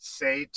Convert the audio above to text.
say